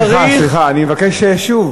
סליחה, סליחה, אני מבקש שוב.